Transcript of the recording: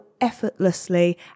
effortlessly